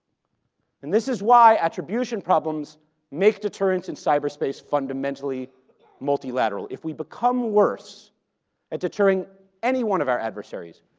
and this is why attribution problems make deterrence in cyberspace fundamentally multilateral. if we become worse at deterring any one of our adversaries,